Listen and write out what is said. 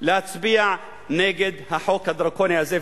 להצביע נגד החוק הדרקוני הזה.